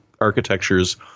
architectures